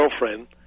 girlfriend